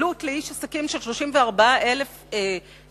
שמניבה לאיש עסקים רווח של 34,000 שקלים,